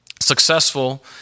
successful